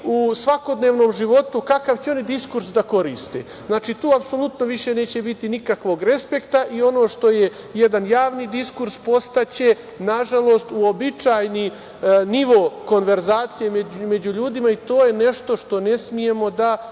u svakodnevnom životu, kakav će oni diskurs da koriste? Znači, tu apsolutno više neće biti nikakvog respekta i ono što je jedan javni diskurs postaće nažalost uobičajeni nivo konverzacije među ljudima i to je nešto što ne smemo da